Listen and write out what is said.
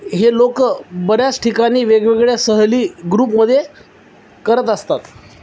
हे लोकं बऱ्याच ठिकाणी वेगवेगळ्या सहली ग्रुपमध्ये करत असतात